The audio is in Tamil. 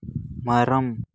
மரம்